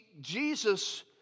Jesus